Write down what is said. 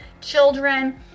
children